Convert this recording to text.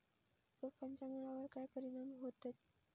रोपांच्या मुळावर काय परिणाम होतत?